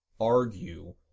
argue